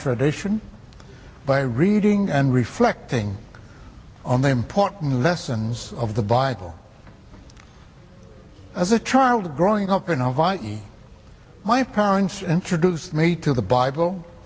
tradition by reading and reflecting on the important lessons of the bible as a child growing up in hawaii my parents introduced me to the bible